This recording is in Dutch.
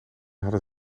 hadden